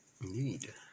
Need